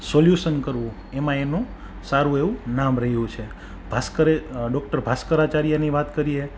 solution એમાં એનું સારું એવું નામ રહ્યું છે ભાસ્કરે ડૉક્ટર ભાસ્કરાચાર્યની વાત કરીએ